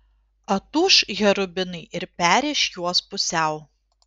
atūš cherubinai ir perrėš juos pusiau